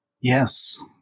Yes